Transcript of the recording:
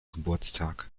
geburtstag